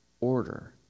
Order